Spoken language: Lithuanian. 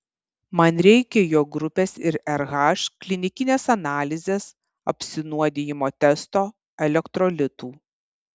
man reikia jo grupės ir rh klinikinės analizės apsinuodijimo testo elektrolitų